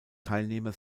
teilnehmer